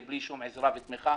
בלי שום עזרה ותמיכה.